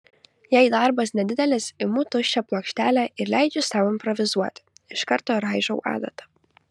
jei darbas nedidelis imu tuščią plokštelę ir leidžiu sau improvizuoti iš karto raižau adata